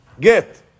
get